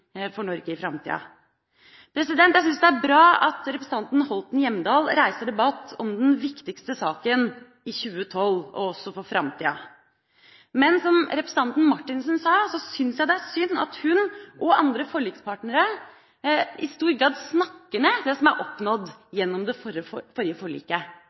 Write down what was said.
Norge i framtida. Jeg syns det er bra at representanten Line Henriette Hjemdal reiser debatt om den viktigste saken i 2012 – og også for framtida. Men som representanten Marthinsen sa, syns jeg det er synd at hun og andre forlikspartnere i stor grad snakker ned det som er oppnådd gjennom det forrige forliket.